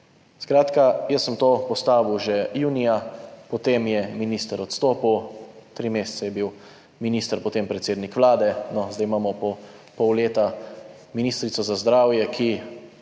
Skratka, jaz sem to postavil že junija, potem je minister odstopil, potem je bil tri mesece minister predsednik Vlade, zdaj imamo po pol leta ministrico za zdravje, ki